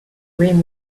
rim